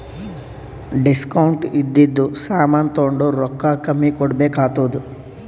discount ಇದ್ದಿದು ಸಾಮಾನ್ ತೊಂಡುರ್ ರೊಕ್ಕಾ ಕಮ್ಮಿ ಕೊಡ್ಬೆಕ್ ಆತ್ತುದ್